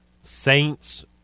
Saints